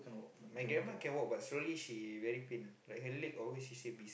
my grandma can walk but slowly she very pain like her leg always she should be